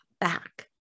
back